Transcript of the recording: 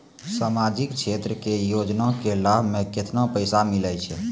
समाजिक क्षेत्र के योजना के लाभ मे केतना पैसा मिलै छै?